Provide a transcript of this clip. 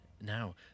Now